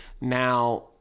now